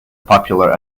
popular